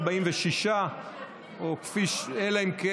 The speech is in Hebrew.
45, נמנעים, אין.